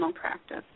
practice